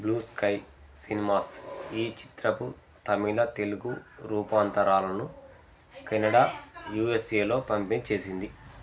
blue Sky Cinemas ఈ చిత్రపు తమిళ తెలుగు రూపాంతరాలను కెనడా యూఎస్ఏలో పంపిణీ చేసింది